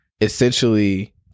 essentially